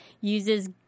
uses